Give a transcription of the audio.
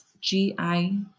GI